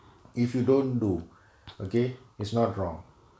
if you don't do okay it's not wrong